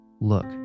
Look